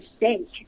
mistake